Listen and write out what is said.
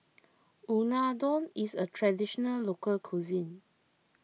Unadon is a Traditional Local Cuisine